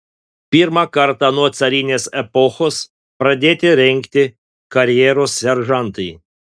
pirmą kartą nuo carinės epochos pradėti rengti karjeros seržantai